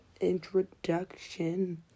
introduction